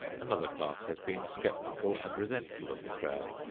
another class has been skeptical and resentful of the crowd.